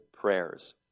prayers